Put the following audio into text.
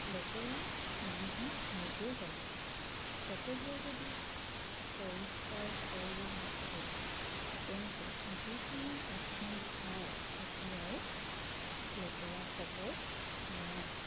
লেতেৰা মানুহে নিজেই কৰে সকলোৱে যদি পৰিষ্কাৰ কৰি ৰাখে তেন্তে যিকোনো এখন ঠাই কেতিয়াও লেতেৰা হ'ব নোৱাৰে